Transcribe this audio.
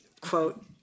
quote